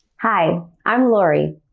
hi, i'm lori.